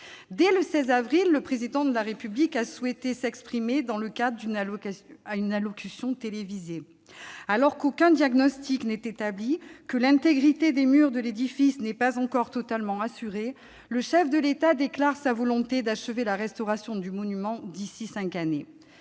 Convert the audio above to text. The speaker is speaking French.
Dès le 16 avril, le Président de la République a souhaité s'exprimer dans le cadre d'une allocution télévisée. Alors qu'aucun diagnostic n'est établi, que l'intégrité des murs de l'édifice n'est pas encore totalement assurée, le chef de l'État déclare sa volonté de voir la restauration du monument achevée d'ici à cinq années.